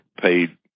paid